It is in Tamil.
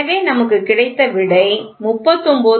எனவே நமக்கு கிடைத்த விடை 39